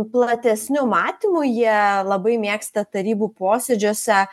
platesniu matymu jie labai mėgsta tarybų posėdžiuose